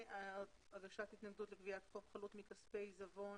הגשת התנגדות לגביית חוב חלוט מכספי העיזבון.